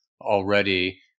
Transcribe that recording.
already